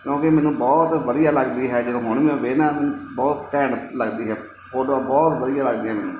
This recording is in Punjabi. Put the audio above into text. ਕਿਉਂਕਿ ਮੈਨੂੰ ਬਹੁਤ ਵਧੀਆ ਲੱਗਦੀ ਹੈ ਜਦੋਂ ਹੁਣ ਵੀ ਮੈਂ ਵੇਖਦਾ ਮੈਨੂੰ ਬਹੁਤ ਘੈਂਟ ਲੱਗਦੀ ਹੈ ਫੋਟੋਆਂ ਬਹੁਤ ਵਧੀਆ ਲੱਗਦੀਆਂ ਮੈਨੂੰ